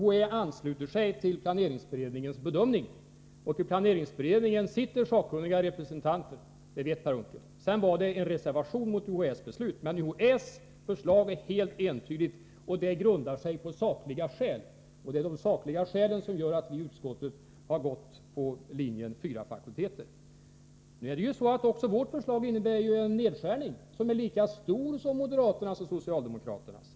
UHÄ ansluter sig till PDV:s bedömning.” I planeringsberedningen ingår sakkunniga representanter. Det vet Per Unckel. Vidare har en reservation mot UHÄ:s beslut avlämnats. UHÄ:s förslag är emellertid helt entydigt och grundas på sakliga skäl. Det är just det där med sakliga skäl som fått oss folkpartister i utskottet att välja alternativet med fyra fakulteter. Jag vill framhålla att även vårt förslag innebär en nedskärning som är lika omfattande som den moderaterna och socialdemokraterna föreslår.